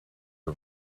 her